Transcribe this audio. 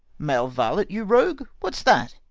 male varlet, you rogue! what's that?